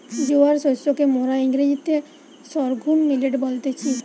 জোয়ার শস্যকে মোরা ইংরেজিতে সর্ঘুম মিলেট বলতেছি